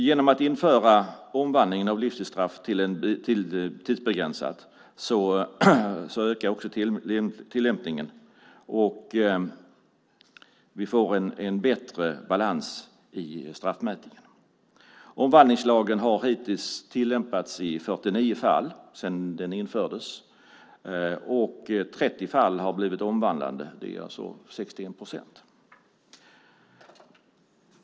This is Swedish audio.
Genom att införa omvandlingen av livstidsstraff till tidsbegränsat ökar också tillämpningen, och vi får en bättre balans i straffmätningen. Omvandlingslagen har tillämpats i 49 fall sedan den infördes, och 30 av dem har blivit omvandlade. Det är alltså 61 procent.